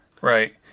Right